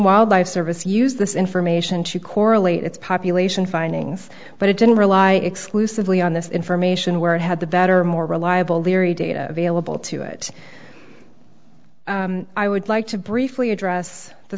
wildlife service use this information to correlate its population findings but it didn't rely exclusively on this information where it had the better more reliable leary data available to it i would like to briefly address the